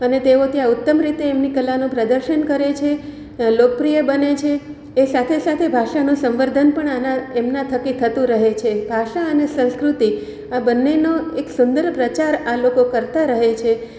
અને તેઓ ત્યાં ઉત્તમ રીતે એમની કલાનું પ્રદર્શન કરે છે લોકપ્રિય બને છે એ સાથે સાથે ભાષાનું સંવર્ધન પણ આના એમના થકી થતું રહે છે ભાષા અને સંસ્કૃતિ આ બંનેનો એક સુંદર પ્રચાર આ લોકો કરતા રહે છે